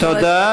תודה